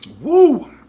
Woo